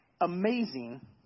amazing